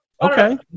Okay